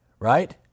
Right